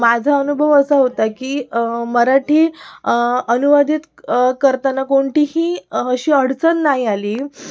माझा अनुभव असा होता की मराठी अनुवादित करताना कोणतीही अशी अडचण नाही आली